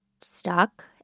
stuck